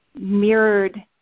mirrored